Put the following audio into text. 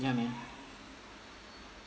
ya man